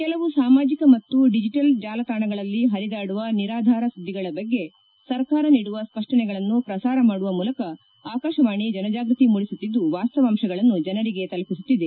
ಕೆಲವು ಸಾಮಾಜಿಕ ಮತ್ತು ಡಿಜಿಟಲ್ ಜಾಲತಾಣಗಳಲ್ಲೂ ಪರಿದಾಡುವ ನಿರಾಧಾರ ಸುದ್ಗಿಗಳ ಬಗ್ಗೆ ಸರ್ಕಾರ ನೀಡುವ ಸ್ವಷ್ನನಗಳನ್ನು ಪ್ರಸಾರ ಮಾಡುವ ಮೂಲಕ ಆಕಾಶವಾಣಿ ಜನಜಾಗೃತಿ ಮೂಡಿಸುತ್ತಿದ್ದು ವಾಸವಾಂಶಗಳನ್ನು ಜನರಿಗೆ ತಲುಪಿಸುತ್ತಿದೆ